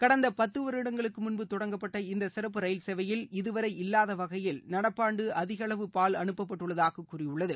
கடந்த பத்து வருடங்களுக்கு முன்பு தொடங்கப்பட்ட இந்த சிறப்பு ரயில் சேவையில் இதுவரை இல்லாத வகையில் நடப்பாண்டு அதிக அளவு பால் அனுப்பப்பட்டுள்ளதாக கூறியுள்ளது